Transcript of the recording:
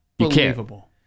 Unbelievable